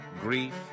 grief